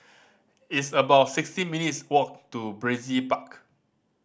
it's about sixteen minutes' walk to Brizay Park